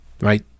right